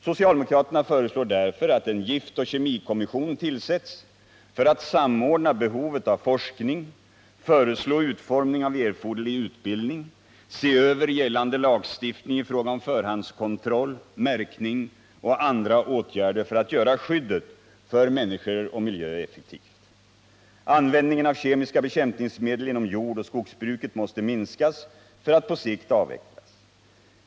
Socialdemokraterna föreslår därför att en giftoch kemikommission tillsätts för att samordna behovet av forskning, föreslå utformning av erforderlig utbildning, se över gällande lagstiftning i fråga om förhandskontroll, märkning och andra åtgärder för att göra skyddet för människor och miljö effektivt. bruket måste minskas för att på sikt avvecklas.